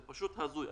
זה פשוט הזוי.